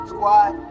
Squad